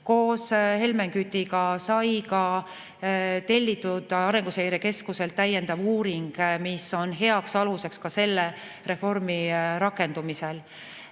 Koos Helmen Kütiga sai tellitud Arenguseire Keskuselt täiendav uuring, mis on heaks aluseks ka selle reformi rakendumisel.